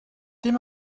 dim